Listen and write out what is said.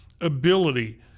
ability